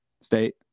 State